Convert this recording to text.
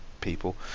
people